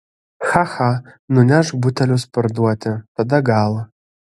cha cha nunešk butelius parduoti tada gal